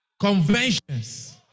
conventions